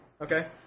Okay